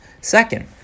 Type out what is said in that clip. Second